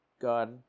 God